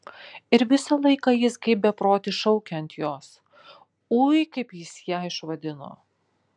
ir visą laiką jis kaip beprotis šaukia ant jos ui kaip jis ją išvadino